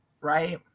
right